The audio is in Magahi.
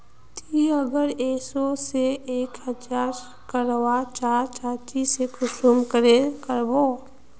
ती अगर एक सो से एक हजार करवा चाँ चची ते कुंसम करे करबो?